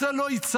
הצל לא הצלת.